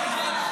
נכנסתי.